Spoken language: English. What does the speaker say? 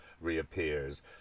reappears